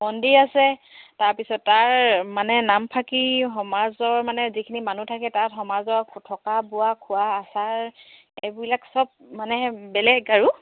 মন্দিৰ আছে তাৰ পিছত তাৰ মানে নামফাকে সমাজৰ মানে যিখিনি মানুহ থাকে তাত সমাজৰ থকা বোৱা খোৱা আচাৰ এইবিলাক চব মানে বেলেগ আৰু